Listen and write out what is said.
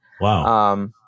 Wow